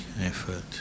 effort